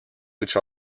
which